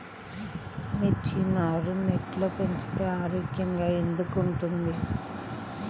మిర్చి నారు నెట్లో పెంచితే ఆరోగ్యంగా ఎందుకు ఉంటుంది?